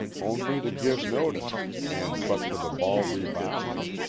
only to give notice, and but for the ball rebounding,